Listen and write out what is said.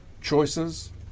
choices